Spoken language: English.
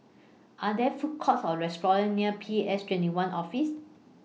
Are There Food Courts Or restaurants near P S twenty one Office